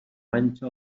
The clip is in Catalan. manxa